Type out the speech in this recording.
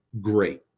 great